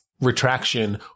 retraction